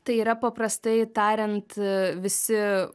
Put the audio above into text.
tai yra paprastai tariant visi